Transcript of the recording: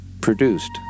Produced